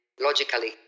logically